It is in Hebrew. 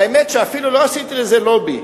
והאמת שאפילו לא עשיתי לזה לובי.